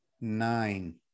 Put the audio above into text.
nine